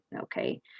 okay